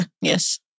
Yes